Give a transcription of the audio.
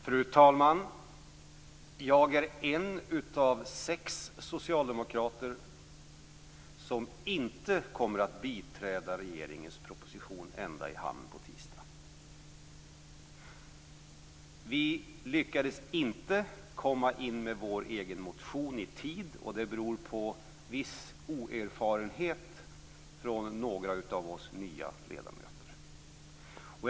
Fru talman! Jag är en av sex socialdemokrater som inte kommer att biträda regeringens proposition ända i hamn på tisdag. Vi lyckades inte komma in med vår egen motion i tid. Det beror på viss oerfarenhet från några av oss nya ledamöter.